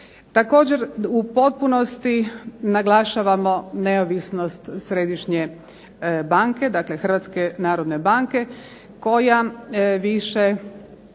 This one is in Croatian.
Također u potpunosti naglašavamo neovisnost Središnje banke, dakle Hrvatske narodne banke, koja više